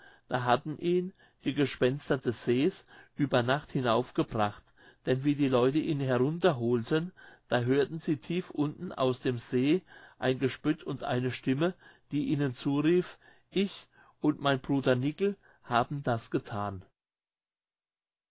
da hatten ihn die gespenster des sees über nacht hinauf gebracht denn wie die leute ihn herunter holten da hörten sie tief unten aus dem see ein gespött und eine stimme die ihnen zurief ich und mein bruder nickel haben das gethan